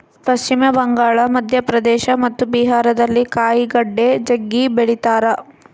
ಪಶ್ಚಿಮ ಬಂಗಾಳ, ಮಧ್ಯಪ್ರದೇಶ ಮತ್ತು ಬಿಹಾರದಲ್ಲಿ ಕಾಯಿಗಡ್ಡೆ ಜಗ್ಗಿ ಬೆಳಿತಾರ